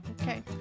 Okay